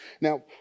Now